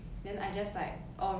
then I run halfway then